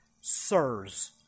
Sirs